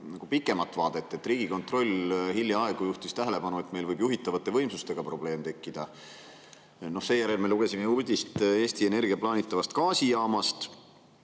pikemat vaadet. Riigikontroll hiljaaegu juhtis tähelepanu, et meil võib juhitavate võimsustega probleem tekkida. Seejärel me lugesime uudist Eesti Energia plaanitavast gaasijaamast.